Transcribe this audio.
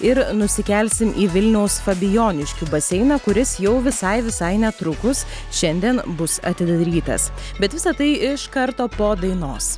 ir nusikelsim į vilniaus fabijoniškių baseiną kuris jau visai visai netrukus šiandien bus atidarytas bet visa tai iš karto po dainos